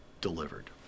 delivered